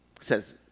Says